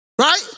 Right